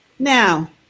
Now